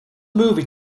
movie